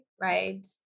right